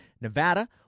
Nevada